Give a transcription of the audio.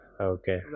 Okay